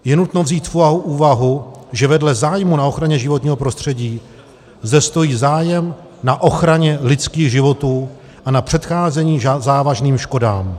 Je nutno vzít v úvahu úvahu, že vedle zájmu na ochraně životního prostředí zde stojí zájem na ochraně lidských životů a na předcházení závažným škodám.